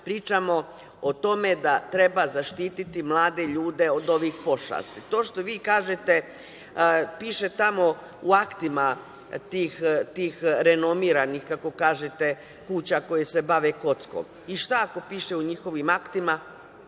ponavljamo, o tome da treba zaštiti mlade ljude od ovih pošasti. To što vi kažete – piše tamo u aktima tih renomiranih, kako kažete, kuća koje se bave kockom. Šta ako piše u njihovim aktima?